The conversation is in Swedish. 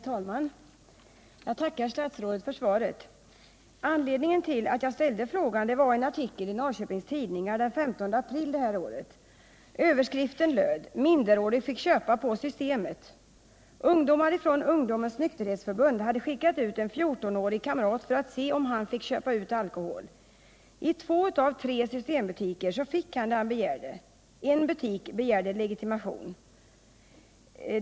Herr talman! Jag tackar statsrådet för svaret. Anledningen till att jag ställde frågan var en artikel i Norrköpings Tidningar den 15 april detta år. Överskriften löd: ”Minderårig fick köpa på Systemet”. Ungdomar från Ungdomens nykterhetsförbund hade skickat ut en 14-årig kamrat för att se om han fick köpa ut alkohol. I två av tre systembutiker fick han det han begärde. En butik begärde legitimation.